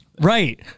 Right